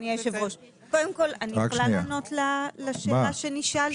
קודם כל אני יכולה לענות לשאלה שנשאלתי?